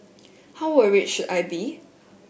how worried should I be